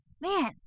man